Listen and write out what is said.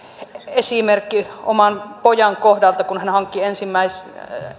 esimerkki oman pojan kohdalta kun hän hankki ensimmäisiä